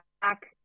back